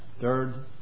Third